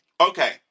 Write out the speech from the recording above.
Okay